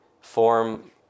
form